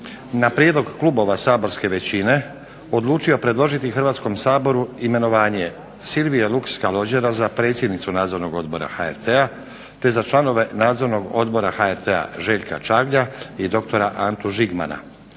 na prijedlog klubova saborske većine odlučio predložiti Hrvatskom saboru imenovanje Silvije Luks Kalođera za predsjednicu Nadzornog odbora HRT-a, te za članove Nadzornog odbora HRT-a Željka Čagalja i doktora Antu Žigmana.